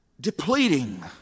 depleting